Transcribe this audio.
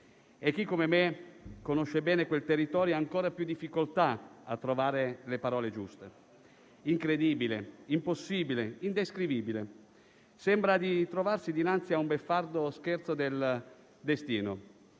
Chi, come me, conosce bene quel territorio, ha ancora più difficoltà a trovare le parole giuste: incredibile, impossibile, indescrivibile. Sembra di trovarsi dinanzi a un beffardo scherzo del destino.